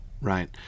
right